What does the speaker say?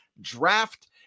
draft